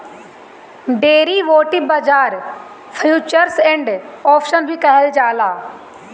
derivative बाजार futures and option भी कहल जाला